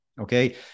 okay